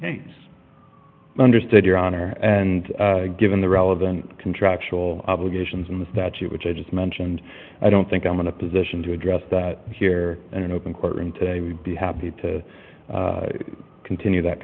case understood your honor and given the relevant contractual obligations in the statute which i just mentioned i don't think i'm in a position to address that here in an open courtroom today we'd be happy to continue that